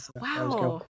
Wow